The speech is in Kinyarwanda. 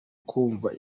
kumva